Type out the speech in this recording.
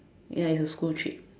ya it's a school trip